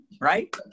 right